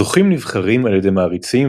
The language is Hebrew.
הזוכים נבחרים על ידי מעריצים,